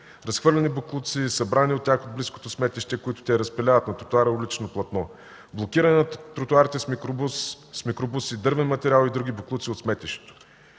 разхвърляни боклуци, събрани от тях от близкото сметище, които те разпиляват на тротоара и уличното платно. Блокират тротоарите с микробуси, дървен материали и други боклуци от сметището.